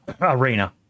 arena